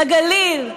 בגליל,